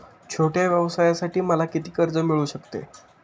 छोट्या व्यवसायासाठी मला किती कर्ज मिळू शकते?